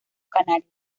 canarios